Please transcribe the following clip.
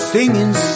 singing